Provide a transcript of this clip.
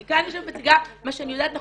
אני כאן יושבת ומציגה מה שאני יודעת נכון.